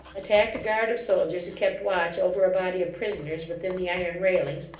attacked a guard of soldiers who kept watch over a body of prisoners within the iron railings,